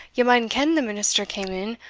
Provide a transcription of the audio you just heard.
ye maun ken the minister came in,